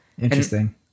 Interesting